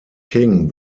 king